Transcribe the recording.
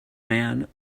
man